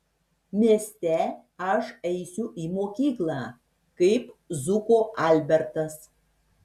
mieste aš eisiu į mokyklą kaip zuko albertas